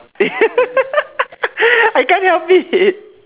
I can't help it